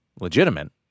legitimate